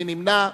מי נמנע?